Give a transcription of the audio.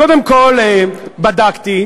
קודם כול, בדקתי.